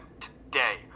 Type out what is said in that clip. today